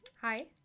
hi